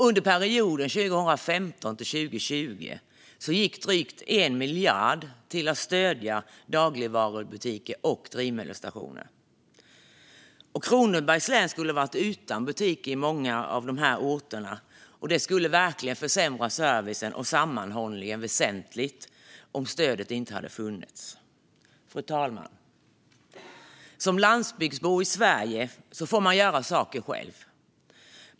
Under perioden 2015-2020 gick drygt 1 miljard till att stödja dagligvarubutiker och drivmedelsstationer. Kronobergs län skulle varit utan butiker på många av dessa orter. Det skulle verkligen försämra service och sammanhållning väsentligt om stödet inte fanns. Fru talman! Som landsbygdsbo i Sverige får man göra saker själv.